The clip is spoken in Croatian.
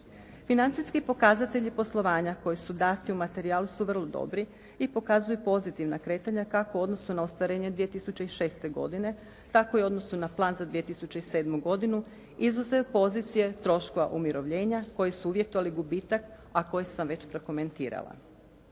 Financijski pokazatelji poslovanja koji su dati u materijalu su vrlo dobri i pokazuju pozitivna kretanja kako u odnosu na ostvarenje 2006. godine tako i u odnosu na plan za 2007. godinu izuzev pozicije troškova umirovljenja koji su uvjetovali gubitak a koje sam već prokomentirala.